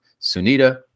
Sunita